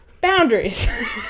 Boundaries